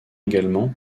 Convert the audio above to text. également